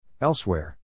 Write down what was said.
Elsewhere